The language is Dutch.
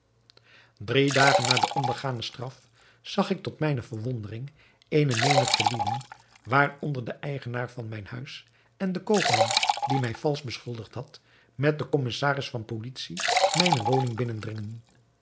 drie dagen na de ondergane straf zag ik tot mijne verwondering eene menigte lieden waaronder de eigenaar van mijn huis en de koopman die mij valsch beschuldigd had met den commissaris van policie mijne woning binnendringen